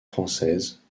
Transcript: française